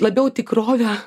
labiau tikrovę